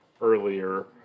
earlier